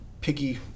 piggy